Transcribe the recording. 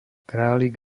králik